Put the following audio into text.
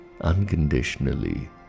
unconditionally